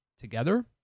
together